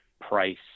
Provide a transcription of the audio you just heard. price